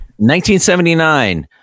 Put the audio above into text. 1979